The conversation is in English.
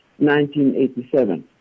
1987